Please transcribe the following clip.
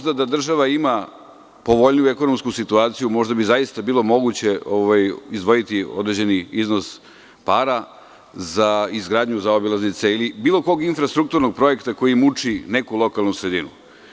Da država ima povoljniju ekonomsku situaciju, možda bi zaista bilo moguće izdvojiti određeni iznos para za izgradnju zaobilaznice ili bilo kog infrastrukturnog projekta koji muči neku lokalnu sredinu.